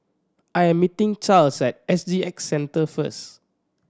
I am meeting Charles at S G X Centre first